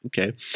Okay